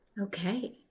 okay